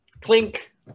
Clink